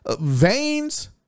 veins